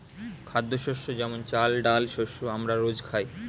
খাদ্যশস্য যেমন চাল, ডাল শস্য আমরা রোজ খাই